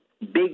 big